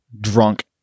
drunk